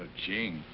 ching,